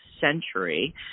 century